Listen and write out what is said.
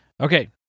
Okay